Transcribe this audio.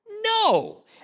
No